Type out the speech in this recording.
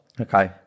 Okay